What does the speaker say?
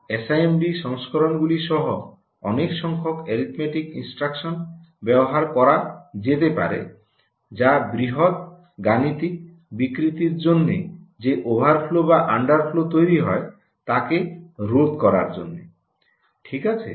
SIMD সংস্করণ গুলি সহ অনেক সংখ্যক অ্যারিথমেটিক ইনস্ট্রাকশন ব্যবহার করা যেতে পারে যা বৃহৎ গাণিতিক বিকৃতির জন্য যে ওভারফ্লো অথবা আন্ডারফ্লো তৈরি হয় তাকে রোধ করার জন্য ঠিক আছে